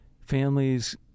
families